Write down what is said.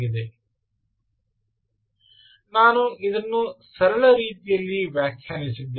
ಆದ್ದರಿಂದ ನಾನು ಅದನ್ನು ಸರಳ ರೀತಿಯಲ್ಲಿ ವ್ಯಾಖ್ಯಾನಿಸಿದ್ದೇನೆ